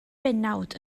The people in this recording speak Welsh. bennawd